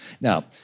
Now